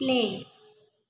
play